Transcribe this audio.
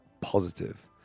positive